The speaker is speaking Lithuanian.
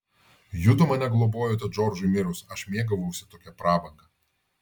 judu mane globojote džordžui mirus aš mėgavausi tokia prabanga